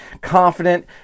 confident